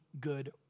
good